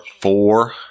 four